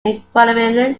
equivalent